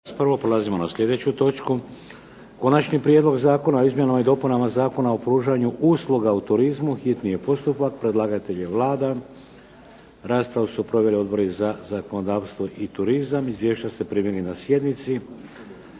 Prelazimo na sljedeću točku –- Konačni prijedlog Zakona o izmjenama i dopunama Zakona o pružanju usluga u turizmu, hitni postupak, prvo i drugo čitanje, P.Z. br. 567 Predlagatelj je Vlada. Raspravu su proveli Odbori za zakonodavstvo i turizam. Izvješća ste primili na sjednici.